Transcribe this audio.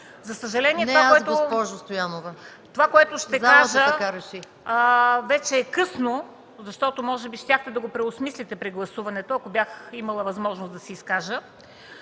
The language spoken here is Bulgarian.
За съжаление това, което ще кажа, е: вече е късно, защото може би щяхте да го преосмислите при гласуването, ако имах възможност да се изкажа.